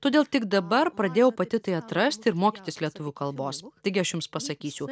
todėl tik dabar pradėjau pati tai atrasti ir mokytis lietuvių kalbos taigi aš jums pasakysiu